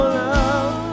love